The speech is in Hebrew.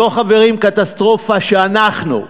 זו, חברים, קטסטרופה שאנחנו,